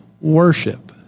worship